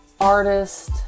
artist